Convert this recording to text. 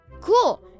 Cool